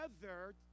together